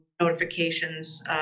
notifications